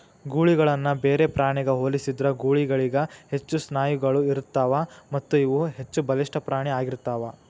ಗೂಳಿಗಳನ್ನ ಬೇರೆ ಪ್ರಾಣಿಗ ಹೋಲಿಸಿದ್ರ ಗೂಳಿಗಳಿಗ ಹೆಚ್ಚು ಸ್ನಾಯುಗಳು ಇರತ್ತಾವು ಮತ್ತಇವು ಹೆಚ್ಚಬಲಿಷ್ಠ ಪ್ರಾಣಿ ಆಗಿರ್ತಾವ